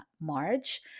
March